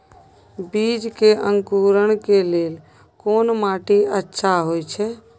बीज के अंकुरण के लेल कोन माटी अच्छा होय छै?